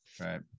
Right